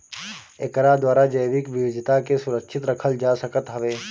एकरा द्वारा जैविक विविधता के सुरक्षित रखल जा सकत हवे